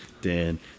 Dan